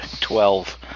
twelve